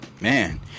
man